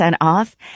off